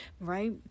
right